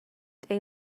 they